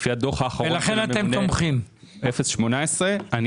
לפי הדוח האחרון 0.18. ולכן אתם תומכים.